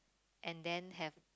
and then have